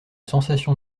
sensation